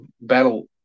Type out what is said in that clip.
battle